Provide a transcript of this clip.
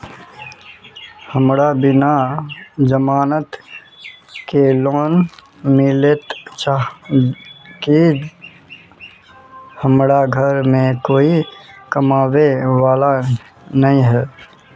हमरा बिना जमानत के लोन मिलते चाँह की हमरा घर में कोई कमाबये वाला नय है?